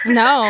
no